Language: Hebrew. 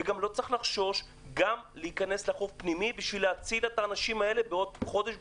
ולא צריך לחשוש מלהיכנס לחוק פנימי כדי להציל את האנשים האלה בעוד חודש,